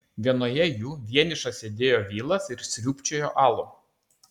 vienoje jų vienišas sėdėjo vilas ir sriubčiojo alų